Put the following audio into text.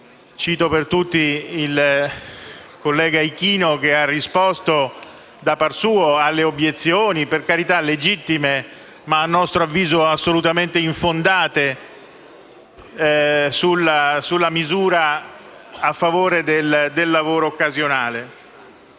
cito per tutti il collega Ichino che ha risposto, da par suo, alle obiezioni (per carità legittime, ma a nostro avviso assolutamente infondate) sulla misura a favore del lavoro occasionale.